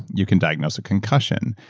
you can diagnose a concussion.